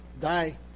Die